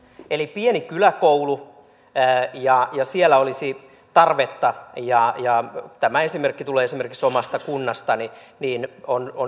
eli on pieni kyläkoulu ja siellä olisi tarvetta ja tämä esimerkki tulee omasta kunnastani